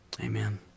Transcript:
Amen